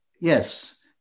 yes